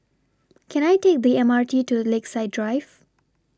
Can I Take The M R T to Lakeside Drive